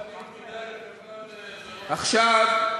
עכשיו,